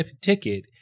ticket-